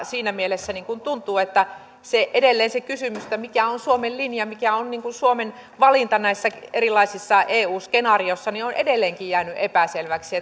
siinä mielessä tuntuu että edelleen se kysymys mikä on suomen linja mikä on suomen valinta näissä erilaisissa eu skenaarioissa on edelleenkin jäänyt epäselväksi